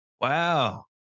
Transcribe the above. Wow